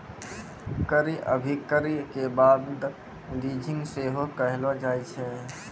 क्रय अभिक्रय के बंद लीजिंग सेहो कहलो जाय छै